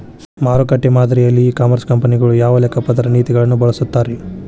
ಮಾರುಕಟ್ಟೆ ಮಾದರಿಯಲ್ಲಿ e commerce ಕಂಪನಿಗಳು ಯಾವ ಲೆಕ್ಕಪತ್ರ ನೇತಿಗಳನ್ನ ಬಳಸುತ್ತಾರಿ?